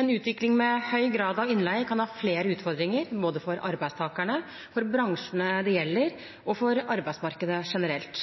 En utvikling med høy grad av innleie kan ha flere utfordringer, både for arbeidstakerne, for bransjene det gjelder, og for arbeidsmarkedet generelt.